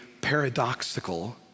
paradoxical